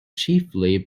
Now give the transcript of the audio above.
chiefly